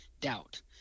doubt